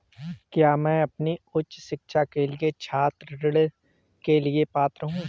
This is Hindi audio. क्या मैं अपनी उच्च शिक्षा के लिए छात्र ऋण के लिए पात्र हूँ?